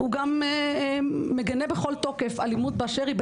הוא גם מגנה בכל תוקף אלימות באשר היא,